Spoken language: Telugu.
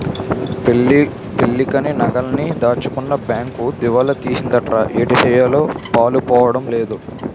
పెళ్ళికని నగలన్నీ దాచుకున్న బేంకు దివాలా తీసిందటరా ఏటిసెయ్యాలో పాలుపోడం లేదు